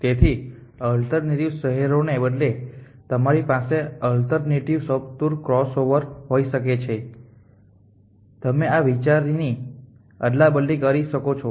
તેથી અલ્ટરનેટિવ શહેરોને બદલે તમારી પાસે અલ્ટરનેટિવ સબટૂર ક્રોસઓવર હોઈ શકે છે તમે આ વિચારની અદલાબદલી કરી શકો છો